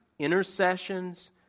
intercessions